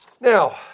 Now